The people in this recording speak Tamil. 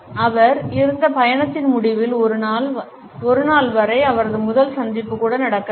அவர் இருந்த பயணத்தின் முடிவில் ஒரு நாள் வரை அவரது முதல் சந்திப்பு கூட நடக்கவில்லை